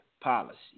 policy